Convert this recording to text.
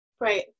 Right